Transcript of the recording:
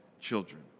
children